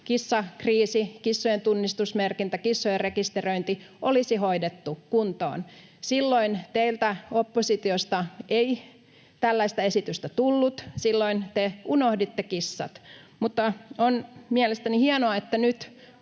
kissakriisi, kissojen tunnistusmerkintä ja kissojen rekisteröinti olisi hoidettu kuntoon. Silloin teiltä oppositiosta ei tällaista esitystä tullut, silloin te unohditte kissat. Mutta on mielestäni hienoa, että nyt